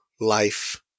life